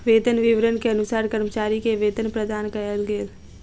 वेतन विवरण के अनुसार कर्मचारी के वेतन प्रदान कयल गेल